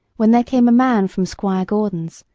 when there came a man from squire gordon's,